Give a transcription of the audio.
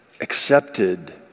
accepted